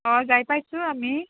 অঁ যায় পাইছোঁ আমি